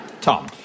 Tom